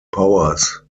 powers